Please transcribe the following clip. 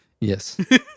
Yes